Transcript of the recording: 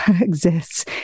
exists